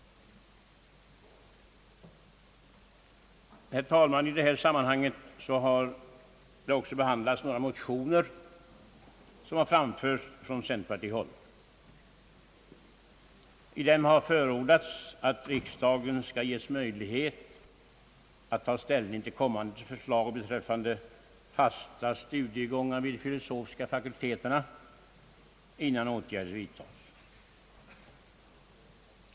Herr talman! I detta sammanhang har också behandlats några motioner som framlagts från centerpartihåll. I dem har förordats att riksdagen skall ges möjlighet att ta ställning till kommande förslag beträffande fast studiegång vid de filosofiska fakulteterna innan åtgärder vidtas.